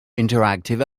interactive